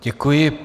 Děkuji.